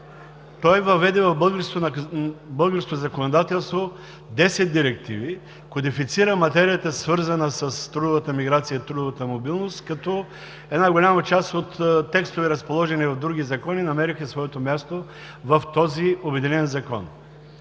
Той въведе в българското законодателство десет директиви, кодифицира материята, свързана с трудовата миграция и трудовата мобилност, като една голяма част от текстове, разположени в други закони, намериха своето място в този обединен закон.